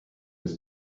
des